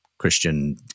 Christian